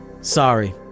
sorry